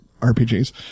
RPGs